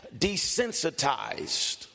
desensitized